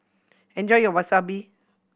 enjoy your Wasabi